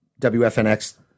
WFNX